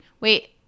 Wait